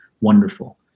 wonderful